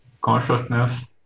consciousness